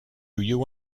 you